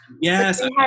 Yes